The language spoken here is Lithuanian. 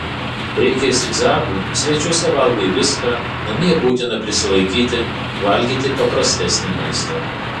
reikia zigzagų svečiuose valgai viską namie būtina prisilaikyti valgyti paprastesnį maistą